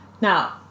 Now